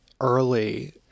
early